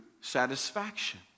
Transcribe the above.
satisfaction